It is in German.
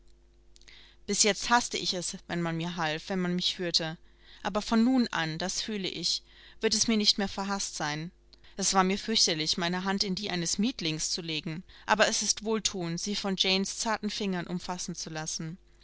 bis jetzt haßte ich es wenn man mir half wenn man mich führte aber von nun an das fühle ich wird es mir nicht mehr verhaßt sein es war mir fürchterlich meine hand in die eines mietlings zu legen aber es ist wohlthuend sie von janes zarten fingern umfassen zu lassen